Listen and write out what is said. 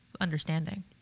understanding